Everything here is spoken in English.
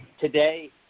today